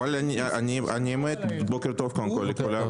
בוקר טוב לכל הנוכחים.